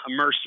immersive